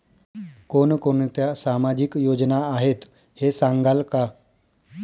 कोणकोणत्या सामाजिक योजना आहेत हे सांगाल का?